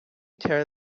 tear